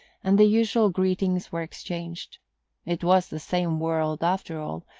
and the usual greetings were exchanged it was the same world after all,